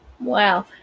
Wow